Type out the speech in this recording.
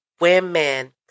women